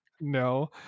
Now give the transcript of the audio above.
No